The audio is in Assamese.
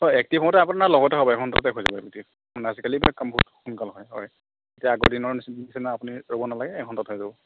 হয় একটিভ হওঁতে আপোনাৰ লগতে হ'ব এঘণ্টাতে হৈ যাব একটিভ আজিকালি এইবিলাক কাম বহুত সোনকালে হয় হয় এতিয়া আগৰ দিনৰ নিচিনা আপুনি ৰৱ নালাগে এঘণ্টাত হৈ যাব